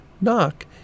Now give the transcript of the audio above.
Knock